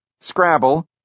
Scrabble